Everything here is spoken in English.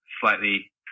slightly